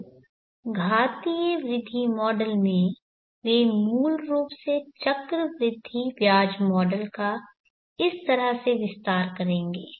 तो घातीय वृद्धि मॉडल में वे मूल रूप से चक्रवृद्धि ब्याज मॉडल का इस तरह से विस्तार करेंगे